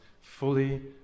fully